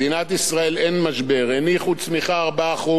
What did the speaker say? הניחו צמיחה 4% ל-2011,